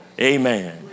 Amen